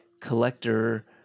collector